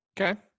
okay